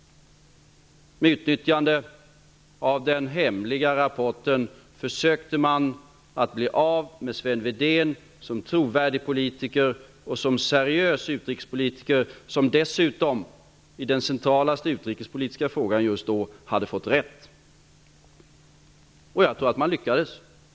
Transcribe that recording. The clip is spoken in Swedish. Med utnyttjande av den hemliga rapporten försökte man bli av med Sven Wedén -- en trovärdig politiker och seriös utrikespolitiker som dessutom just då hade fått rätt i den mest centrala utrikespolitiska frågan. Jag tror att man lyckades.